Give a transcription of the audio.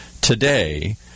Today